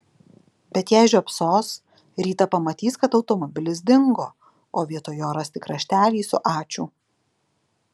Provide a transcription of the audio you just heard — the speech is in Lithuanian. bet jei žiopsos rytą pamatys kad automobilis dingo o vietoj jo ras tik raštelį su ačiū